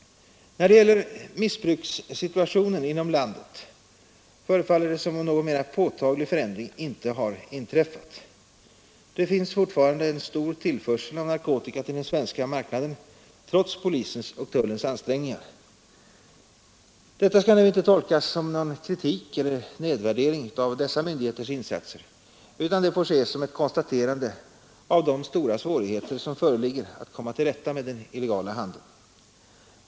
När det gäller missbrukssituationen inom landet synes någon mera påtaglig förändring inte ha inträffat. Det finns fortfarande en stor tillförsel av narkotika till den svenska marknaden trots polisens och tullens ansträngningar. Detta skall inte tolkas som någon kritik eller nedvärdering av dessa myndigheters insatser, utan får ses som ett konstaterande av de stora svårigheter som föreligger att komma till rätta med den illegala handeln.